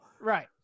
right